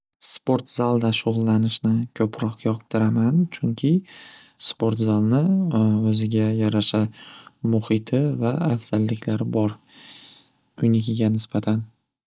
Sport zalda shug'illanishni ko'proq yoqtiraman chunki sport zalni o'ziga yarasha muhiti va afzalliklari bor uynikiga nisbatan.